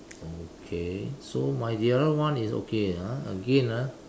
okay so my the other one is okay ah again ah